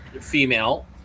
female